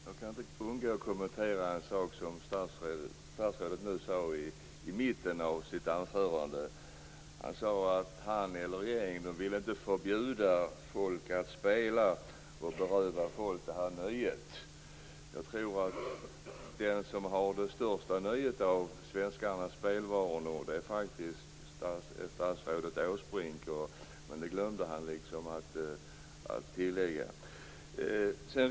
Herr talman! Jag kan inte låta bli att kommentera en sak som statsrådet sade i mitten av sitt anförande. Han sade att han eller regeringen inte ville förbjuda folk att spela och beröva dem det nöjet. Jag tror att den som har det största nöjet av svenskarnas spelvanor faktiskt är statsrådet Åsbrink, men det glömde han att tillägga.